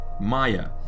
Maya